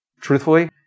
truthfully